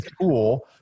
tool